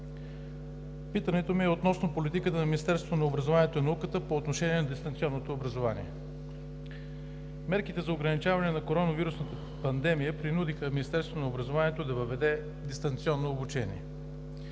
питането ми е относно политиката на Министерството на образованието и науката по отношение на дистанционното образование. Мерките за ограничаване на коронавирусната пандемия принудиха Министерството на образованието да въведе дистанционно обучение.